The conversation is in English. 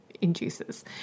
induces